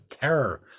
terror